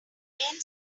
domain